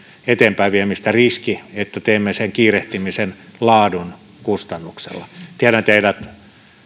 eteenpäinviemistä riski että teemme sen kiirehtimisen laadun kustannuksella tiedän teidät